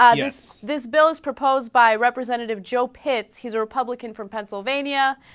um this this bill as proposed by representative joe cates he's a republican from pennsylvania ah.